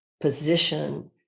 position